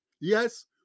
Yes